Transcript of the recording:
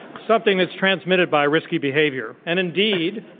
something that's transmitted by risky behavior and indeed